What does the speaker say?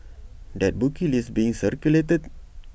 that bookie list being circulated